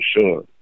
sure